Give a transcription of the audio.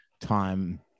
time